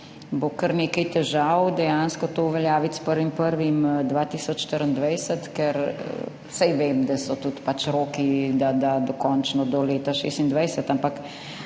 bo kar nekaj težav dejansko to uveljaviti s 1. 1. 2024, ker saj vem, da so tudi pač roki, da dokončno do leta 2026, ampak,